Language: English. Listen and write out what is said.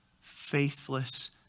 faithless